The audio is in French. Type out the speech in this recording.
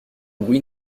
bruit